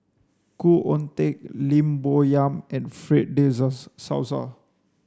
Khoo Oon Teik Lim Bo Yam and Fred de Souza